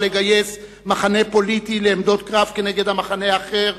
לגייס מחנה פוליטי לעמדות קרב נגד המחנה האחר,